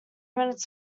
minutes